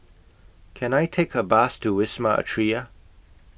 Can I Take A Bus to Wisma Atria